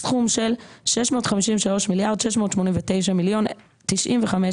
סכום של 48,176,049,000 שקלים חדשים,